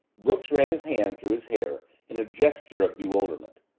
brooks ran his hand through his hair in a gesture of bewilderment.